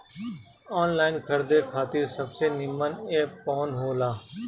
Online खरीदे खातिर सबसे नीमन एप कवन हो ला?